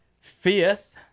Fifth